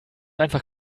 einfach